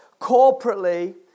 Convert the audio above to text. corporately